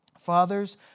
Fathers